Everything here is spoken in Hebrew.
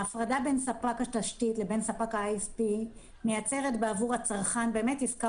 ההפרדה בין ספק התשתית לבין ספק לבין ספק ה-ISP מייצרת עבור הצרכן עסקה